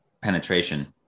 penetration